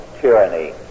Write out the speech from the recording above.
tyranny